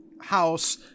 house